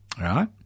Right